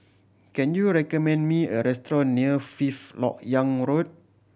can you recommend me a restaurant near Fifth Lok Yang Road